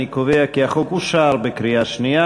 אני קובע כי החוק אושר בקריאה שנייה.